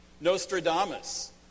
Nostradamus